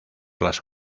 las